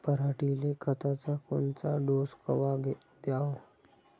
पऱ्हाटीले खताचा कोनचा डोस कवा द्याव?